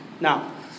Now